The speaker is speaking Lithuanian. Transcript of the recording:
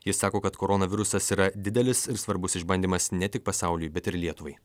jis sako kad koronavirusas yra didelis ir svarbus išbandymas ne tik pasauliui bet ir lietuvai